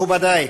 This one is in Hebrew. מכובדי,